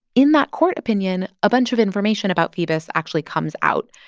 in that court opinion, a bunch of information about phoebus actually comes out.